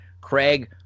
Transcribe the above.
Craig